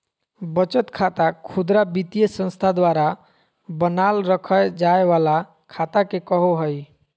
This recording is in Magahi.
बचत खाता खुदरा वित्तीय संस्था द्वारा बनाल रखय जाय वला खाता के कहो हइ